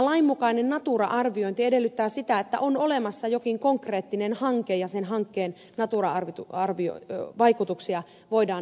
lain mukainen natura arviointi edellyttää sitä että on olemassa jokin konkreettinen hanke ja sen hankkeen natura vaikutuksia voidaan arvioida